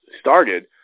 started